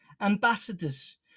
ambassadors